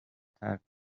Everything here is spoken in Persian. ترک